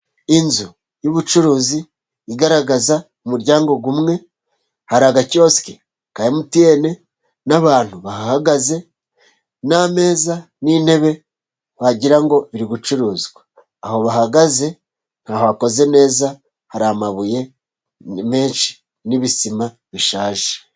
Inzu y'ubucuruzi igaragaza umuryango umwe, hari agakiyosike ka emutiyene n'abantu bahagaze, n'ameza, n'intebe ,wagira ngo biri gucuruzwa, aho bahagaze ntabwo hakoze neza, hari amabuye menshi n'ibisima bishaje.